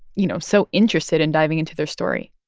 you know, so interested in diving into their story?